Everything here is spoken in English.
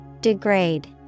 Degrade